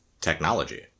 Technology